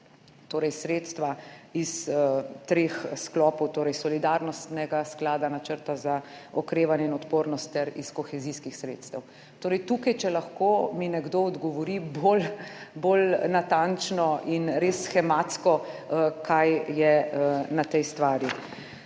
ponuja sredstva iz treh sklopov, torej solidarnostnega sklada, Načrta za okrevanje in odpornost ter iz kohezijskih sredstev. Če mi lahko nekdo tukaj odgovori bolj natančno in res shematsko, kaj je na tej stvari.